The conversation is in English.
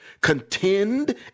contend